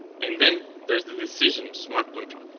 and then there's the decision smart contract.